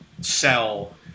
sell